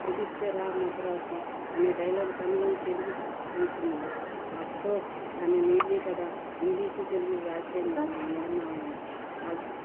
పిలిస్తే రా మద్రాసు అనే డైలాగ్ తమిళ తెలుగు మిశ్రమం అఫ్కోర్స్ అని నేనే కదా ఇంగ్లీషు తెలుగు వ్యాఖ్య నిర్ణం నిర్మాణం